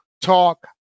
talk